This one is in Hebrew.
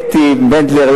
אתי בנדלר,